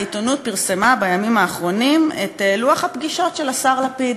העיתונות פרסמה בימים האחרונים את לוח הפגישות של השר לפיד.